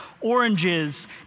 oranges